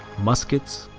muskets,